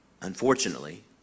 Unfortunately